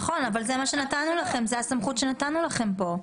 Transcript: נכון, זאת הסמכות שנתנו לכם פה.